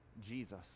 jesus